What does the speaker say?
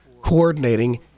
coordinating